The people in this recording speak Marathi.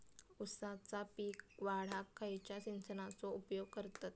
ऊसाचा पीक वाढाक खयच्या सिंचनाचो उपयोग करतत?